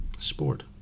Sport